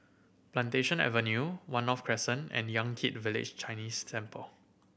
Plantation Avenue One North Crescent and Yan Kit Village Chinese Temple